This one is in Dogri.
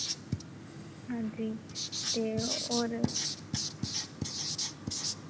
अंजी ते होर